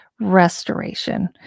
restoration